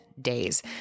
days